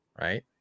right